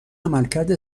عملکرد